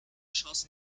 chance